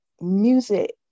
music